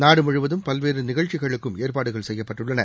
நாடுமுழுவதும் பல்வேறு நிகழ்ச்சிகளுக்கும் ஏற்பாடுகள் செய்யப்பட்டுள்ளன